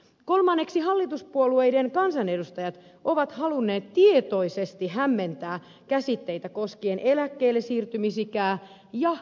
kolmanneksi hallituspuolueiden kansanedustajat ovat halunneet tietoisesti hämmentää käsitteitä koskien eläkkeellesiirtymisikää ja eläkeikää